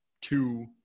two –